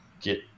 get